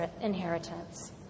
inheritance